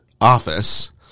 office